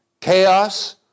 chaos